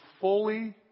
fully